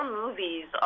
movies